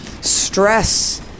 stress